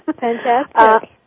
Fantastic